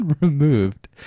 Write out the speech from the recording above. removed